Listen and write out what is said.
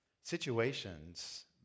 Situations